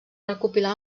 recopilar